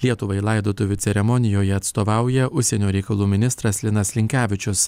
lietuvai laidotuvių ceremonijoje atstovauja užsienio reikalų ministras linas linkevičius